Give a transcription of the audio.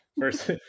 first